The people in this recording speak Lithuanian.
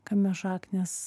kame šaknys